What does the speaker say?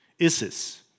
Isis